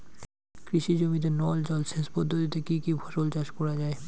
কৃষি জমিতে নল জলসেচ পদ্ধতিতে কী কী ফসল চাষ করা য়ায়?